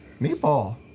meatball